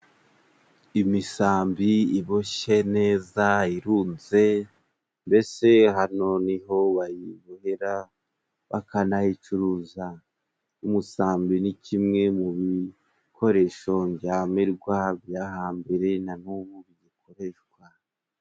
Imisambi iboshye neza irunze mbese hano niho bayibohera bakanayicuruza, umusambi ni kimwe mu bikoresho ndyamirwa bya hambiri na n'ubu bidakoreshwa.